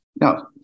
No